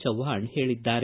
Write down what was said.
ಚವ್ವಾಣ್ ಹೇಳಿದ್ದಾರೆ